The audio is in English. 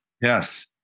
Yes